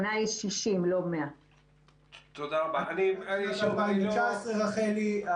בשנה יש 60, לא 100. יש 2019, רחלי.